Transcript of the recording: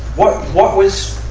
what, what was,